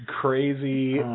crazy